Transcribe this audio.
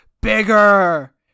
Bigger